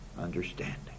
understanding